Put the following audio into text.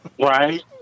Right